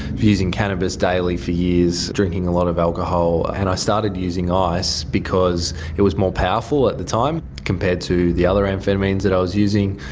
using cannabis daily for years, drinking a lot of alcohol, and i started using ice because it was more powerful at the time compared to the other amphetamines that i was using,